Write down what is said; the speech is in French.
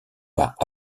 pas